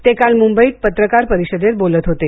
ते काल मुंबईत पत्रकार परिषदेत बोलत होते